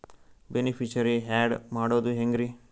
Beneficiary, add ಮಾಡೋದು ಹೆಂಗ್ರಿ?